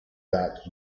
that